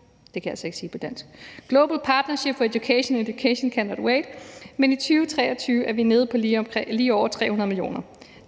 siden gav vi over 500 mio. kr. til Global Partnership for Education og Education Cannot Wait, men i 2023 er vi nede på lige over 300 mio. kr.